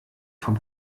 vom